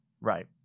Right